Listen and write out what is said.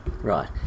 Right